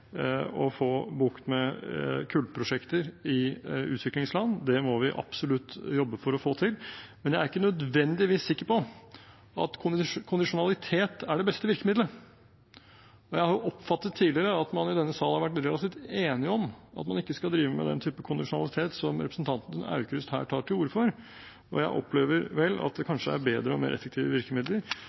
å få bukt med kullprosjekter i utviklingsland. Det må vi absolutt jobbe for å få til. Men jeg er ikke nødvendigvis sikker på at kondisjonalitet er det beste virkemiddelet, og jeg har oppfattet tidligere at man i denne sal har vært relativt enige om at man ikke skal drive med den typen kondisjonalitet som representanten Aukrust her tar til orde for, og jeg opplever vel at det kanskje er bedre og mer effektive virkemidler,